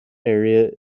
area